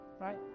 right